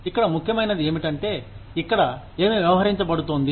ఇక్కడ ముఖ్యమైనది ఏమిటంటే ఇక్కడ ఏమి వ్యవహరించబడుతోంది